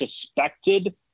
suspected